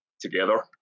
together